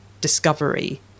discovery